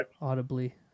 audibly